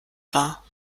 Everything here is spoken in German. war